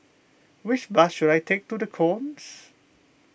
which bus should I take to the Knolls